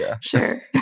Sure